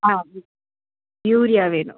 ஆ urea வேணும்